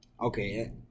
Okay